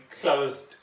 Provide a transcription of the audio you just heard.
closed